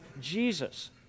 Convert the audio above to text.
Jesus